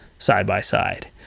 side-by-side